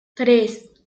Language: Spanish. tres